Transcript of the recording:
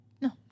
No